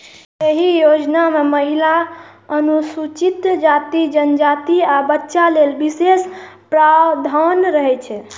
एहि योजना मे महिला, अनुसूचित जाति, जनजाति, आ बच्चा लेल विशेष प्रावधान रहै